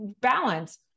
balance